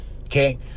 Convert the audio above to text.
okay